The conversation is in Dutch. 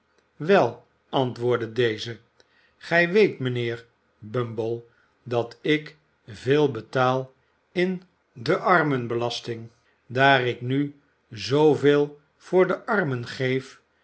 wel antwoordde deze gij weet mijnheer bumble dat ik veel betaal in de armenbelasting daar ik nu zooveel voor de armen geef